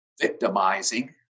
victimizing